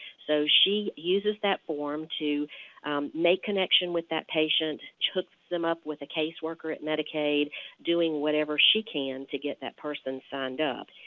so she uses that form to make connection with that patient, hook them up with a caseworker at medicaid doing whatever she can to get that person signed up.